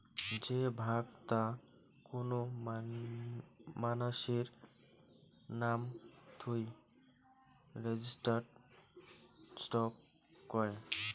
যে ভাগ তা কোন মানাসির নাম থুই রেজিস্টার্ড স্টক কয়